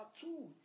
two